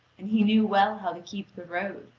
and he knew well how to keep the road.